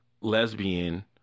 lesbian